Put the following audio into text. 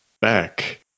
back